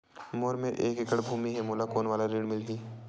मोर मेर एक एकड़ भुमि हे मोला कोन वाला ऋण मिलही?